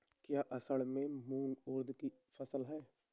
क्या असड़ में मूंग उर्द कि फसल है?